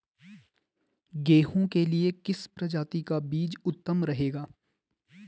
गेहूँ के लिए किस प्रजाति का बीज उत्तम रहेगा?